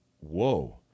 whoa